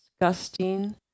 disgusting